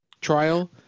trial